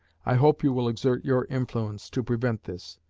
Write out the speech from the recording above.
i hope you will exert your influence to prevent this.